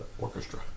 orchestra